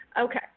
Okay